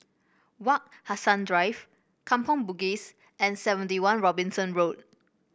Wak Hassan Drive Kampong Bugis and Seventy One Robinson Road